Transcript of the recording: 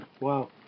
Wow